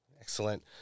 excellent